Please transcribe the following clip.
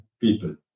people